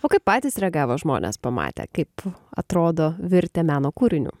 o kaip patys reagavo žmonės pamatę kaip atrodo virtę meno kūriniu